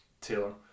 Taylor